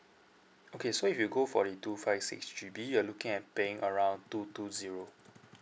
okay so if you go for the two five six G_B you're looking at paying around two two zero